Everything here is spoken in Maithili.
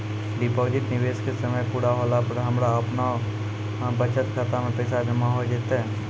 डिपॉजिट निवेश के समय पूरा होला पर हमरा आपनौ बचत खाता मे पैसा जमा होय जैतै?